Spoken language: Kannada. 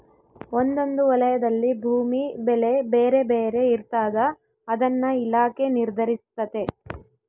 ಒಂದೊಂದು ವಲಯದಲ್ಲಿ ಭೂಮಿ ಬೆಲೆ ಬೇರೆ ಬೇರೆ ಇರ್ತಾದ ಅದನ್ನ ಇಲಾಖೆ ನಿರ್ಧರಿಸ್ತತೆ